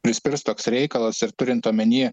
prispirs toks reikalas ir turint omeny